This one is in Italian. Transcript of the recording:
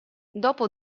dopo